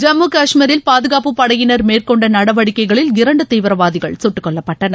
ஜம்மு கஷ்மீரில் பாதுகாப்புப்படையினர் மேற்கொண்ட நடவடிக்கைகளில் இரண்டு தீவிரவாதிகள் சுட்டுக்கொல்லப்பட்டனர்